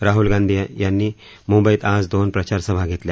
राहूल गांधी यांनी मुंबईत आज दोन प्रचार सभा घेतल्या